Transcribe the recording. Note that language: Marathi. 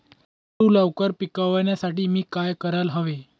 पेरू लवकर पिकवण्यासाठी मी काय करायला हवे?